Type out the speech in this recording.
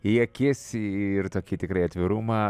į akis ir tokį tikrai atvirumą